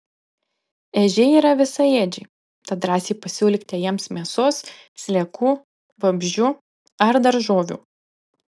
ežiai yra visaėdžiai tad drąsiai pasiūlykite jiems mėsos sliekų vabzdžių ar daržovių